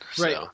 Right